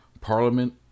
parliament